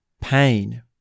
pain